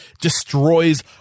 destroys